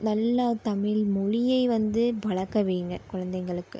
நல்ல தமிழ் மொழியை வந்து பழக்க வைங்க குழந்தைங்களுக்கு